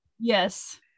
Yes